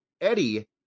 Eddie